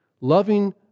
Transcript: Loving